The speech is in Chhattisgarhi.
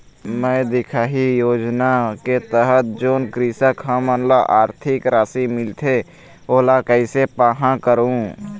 मैं दिखाही योजना के तहत जोन कृषक हमन ला आरथिक राशि मिलथे ओला कैसे पाहां करूं?